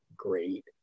great